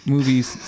movies